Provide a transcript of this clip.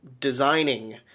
designing